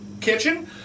kitchen